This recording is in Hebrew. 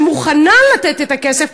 שמוכן לתת את הכסף,